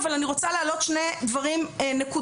אבל אני רוצה להעלות שני דברים נקודתיים,